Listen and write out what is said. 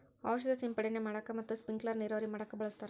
ಔಷದ ಸಿಂಡಣೆ ಮಾಡಾಕ ಮತ್ತ ಸ್ಪಿಂಕಲರ್ ನೇರಾವರಿ ಮಾಡಾಕ ಬಳಸ್ತಾರ